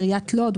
עיריית לוד,